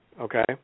okay